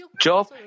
Job